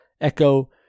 Echo